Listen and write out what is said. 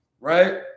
right